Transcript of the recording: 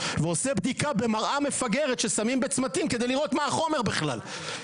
ועושה בדיקה במראה מפגרת ששמים בצמתים כדי לראות מה החומר בכלל.